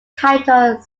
titled